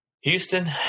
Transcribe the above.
Houston